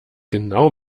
genau